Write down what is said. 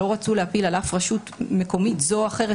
לא רצו להפיל על אף רשות מקומית זו או אחרת,